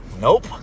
Nope